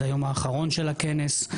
ביום האחרון של הכנס,